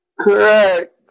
Correct